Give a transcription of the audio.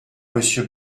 monsieur